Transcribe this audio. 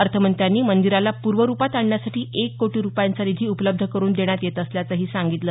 अर्थमंत्र्यांनी मंदिराला पूर्वरूपात आणण्यासाठी एक कोटी रुपयांचा निधी उपलब्ध करून देण्यात येत असल्याचंही सांगितलं